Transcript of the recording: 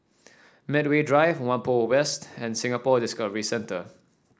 Medway Drive Whampoa West and Singapore Discovery Centre